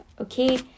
okay